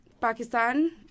Pakistan